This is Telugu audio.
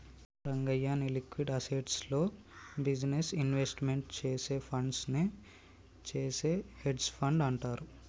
రంగయ్య, నీ లిక్విడ్ అసేస్ట్స్ లో బిజినెస్ ఇన్వెస్ట్మెంట్ చేసే ఫండ్స్ నే చేసే హెడ్జె ఫండ్ అంటారు